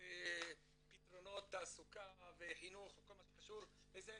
פתרונות תעסוקה וחינוך וכל מה שקשור לזה,